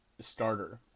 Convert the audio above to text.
starter